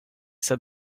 said